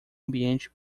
ambiente